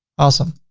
awesome.